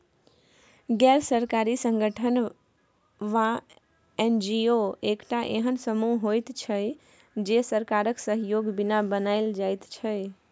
गैर सरकारी संगठन वा एन.जी.ओ एकटा एहेन समूह होइत छै जे सरकारक सहयोगक बिना बनायल जाइत छै